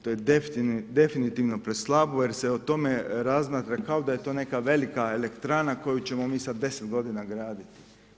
To je definitivno preslabo, jer se o tome razmatra kao da je to neka velika elektrana koju ćemo mi sada 10 g. graditi.